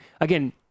Again